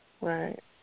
Right